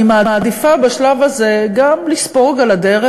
אני מעדיפה בשלב הזה גם לספוג על הדרך,